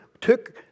took